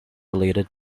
related